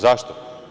Zašto?